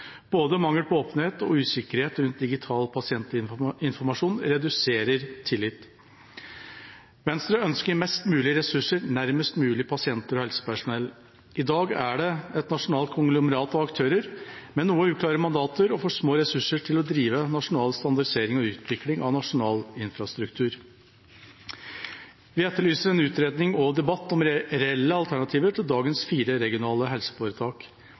Både mangel på åpenhet og usikkerhet rundt digital pasientinformasjon reduserer tillit. Venstre ønsker flest mulige ressurser nærmest mulig pasienter og helsepersonell. I dag er det et nasjonalt konglomerat av aktører med noe uklare mandater og for små ressurser til å drive nasjonal standardisering og utvikling av nasjonal infrastruktur. Vi etterlyser en utredning og debatt om reelle alternativer til dagens fire regionale helseforetak.